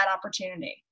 opportunity